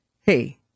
Hey